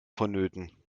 vonnöten